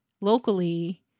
locally